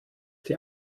die